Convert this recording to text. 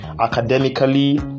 academically